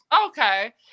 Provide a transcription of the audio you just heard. Okay